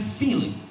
feeling